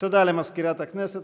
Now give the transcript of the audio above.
תודה למזכירת הכנסת.